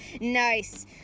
Nice